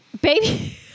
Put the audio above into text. Baby